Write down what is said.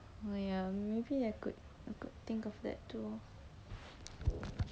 ya maybe I could think of that too